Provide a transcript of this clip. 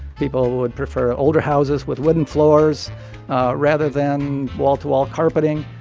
people would prefer older houses with wooden floors rather than wall-to-wall carpeting.